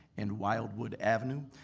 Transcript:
and wildwood avenue.